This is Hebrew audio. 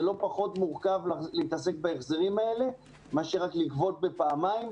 זה לא פחות מורכב להתעסק בהחזרים האלה מאשר לגבות בפעמיים.